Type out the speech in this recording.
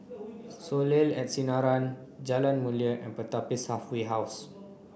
Soleil at Sinaran Jalan Mulia and Pertapis Halfway House